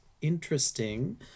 interesting